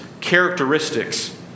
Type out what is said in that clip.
characteristics